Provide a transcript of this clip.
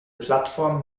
plattform